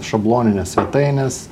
šabloninės svetainės